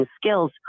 skills